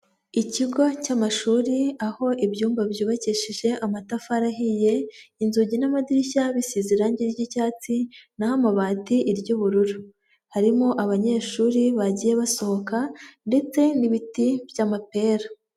Ikigo cy'amashuri aho ibyumba byubakishije amatafari ahiye, inzugi n'amadirishya bisize irange ry'icyatsi naho amabati iry'ubururu, harimo abanyeshuri bagiye basohoka ndetse n'ibiti by'amapera.